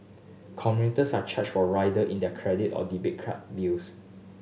commuters are charged for rider in their credited or debit card bills